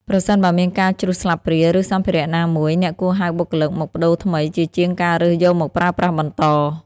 ប្រសិនបើមានការជ្រុះស្លាបព្រា ឬសម្ភារៈណាមួយ អ្នកគួរហៅបុគ្គលិកមកប្ដូរថ្មីជាជាងការរើសយកមកប្រើប្រាស់បន្ត។